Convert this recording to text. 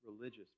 religious